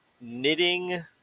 knitting